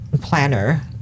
planner